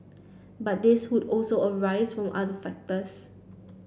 but these could also arise from other factors